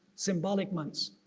symbolic months,